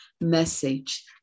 message